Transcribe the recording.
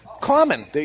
Common